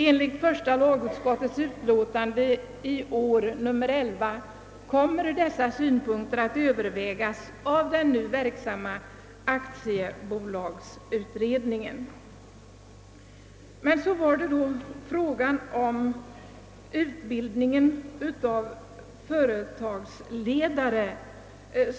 Enligt första lagutskottets utlåtande nr 11 i år kommer dessa synpunkter att övervägas av den nu verksamma aktiebolagsutredningen. Så kommer jag till frågan om utbildningen av företagsledare.